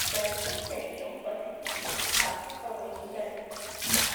starkiuose jau pasiekė sveikatai pavojingą lygį